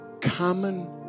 common